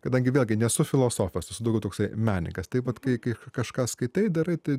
kadangi vėlgi nesu filosofas esu daugiau toksai menininkas taip vat kai kažką skaitai darai tai